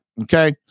okay